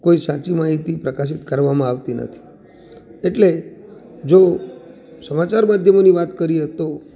કોઈ સાચી માહિતી પ્રકાશિત કરવામાં આવતી નથી એટલે જો સમાચાર માધ્યમોની વાત કરીએ તો